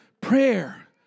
prayer